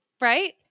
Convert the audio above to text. Right